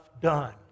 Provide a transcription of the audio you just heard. done